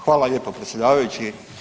Hvala lijepo predsjedavajući.